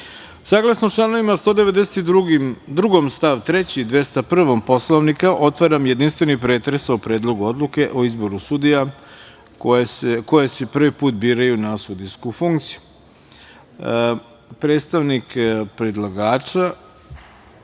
članovima 192. stav 3. i 201. Poslovnika otvaram jedinstveni pretres o Predlogu odluke o izboru sudija koje se prvi put biraju na sudijsku funkciju. Predstavnik predlagača,